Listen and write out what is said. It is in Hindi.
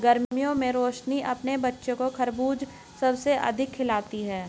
गर्मियों में रोशनी अपने बच्चों को खरबूज सबसे अधिक खिलाती हैं